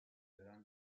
grand